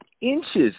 inches